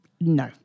no